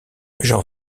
jean